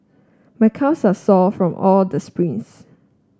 my calves are sore from all the sprints